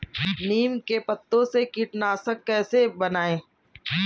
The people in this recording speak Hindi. नीम के पत्तों से कीटनाशक कैसे बनाएँ?